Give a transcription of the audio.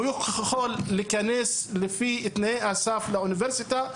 ויכולים להיכנס לפי תנאי הסף לאוניברסיטה.